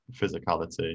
physicality